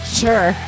sure